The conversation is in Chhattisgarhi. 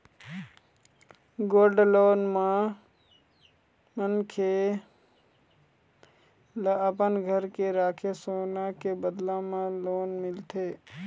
गोल्ड लोन म मनखे ल अपन घर के राखे सोना के बदला म लोन मिलथे